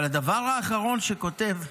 אבל הדבר האחרון שכותב,